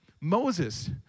Moses